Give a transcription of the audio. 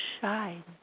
shine